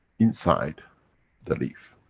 inside the leaf.